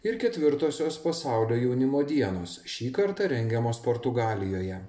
ir ketvirtosios pasaulio jaunimo dienos šį kartą rengiamos portugalijoje